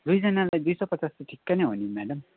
दुईजानालाई दुई सौ पचास ठिक्कै नै हो नि म्याडम